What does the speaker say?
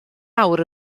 awr